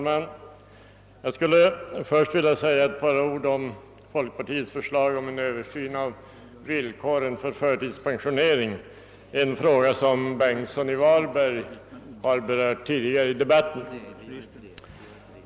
Herr talman! Jag vill först säga några ord om folkpartiets förslag om en Ööversyn av villkoren för förtidspensionering, en fråga som herr Bengtsson i Varberg tidigare i debatten har berört.